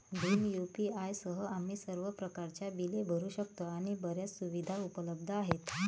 Bhim UPI सह, आम्ही सर्व प्रकारच्या बिले भरू शकतो आणि बर्याच सुविधा उपलब्ध आहेत